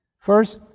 First